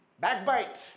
Backbite